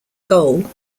goal